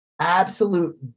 absolute